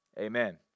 amen